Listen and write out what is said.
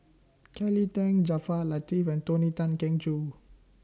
Kelly Tang Jaafar Latiff and Tony Tan Keng Joo